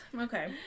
Okay